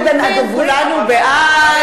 כולנו בעד.